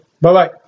bye-bye